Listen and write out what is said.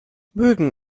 mögen